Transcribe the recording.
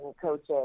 coaches